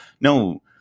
no